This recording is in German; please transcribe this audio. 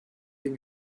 den